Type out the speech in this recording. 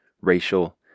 racial